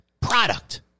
product